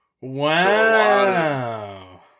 wow